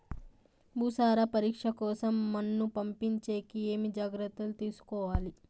భూసార పరీక్ష కోసం మన్ను పంపించేకి ఏమి జాగ్రత్తలు తీసుకోవాలి?